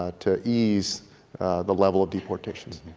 ah to ease the level of deportations.